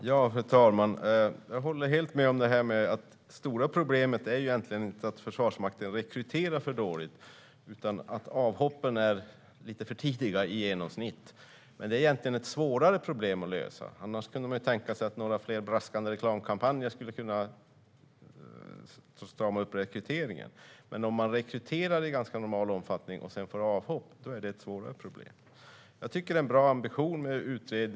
Fru talman! Jag håller helt med om att det stora problemet inte är att Försvarsmakten rekryterar för dåligt utan att avhoppen i genomsnitt är lite för tidiga. Men det är egentligen ett svårare problem att lösa. Annars kunde man tänka sig att några fler braskande reklamkampanjer skulle kunna strama upp rekryteringen. Men om man rekryterar i ganska normal omfattning och sedan får avhopp, då är det ett svårare problem. Jag tycker att utredningen har en bra ambition.